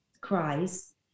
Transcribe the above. cries